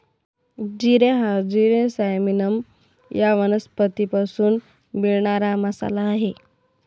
जिरे हा जिरे सायमिनम या वनस्पतीपासून मिळणारा मसाला आहे